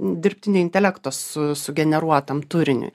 dirbtinio intelekto su sugeneruotam turiniui